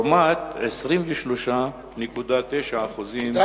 לעומת 23.9% מתלמידי המגזר העברי.